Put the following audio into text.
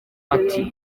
ati